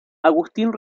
agustín